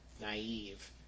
naive